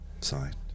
Signed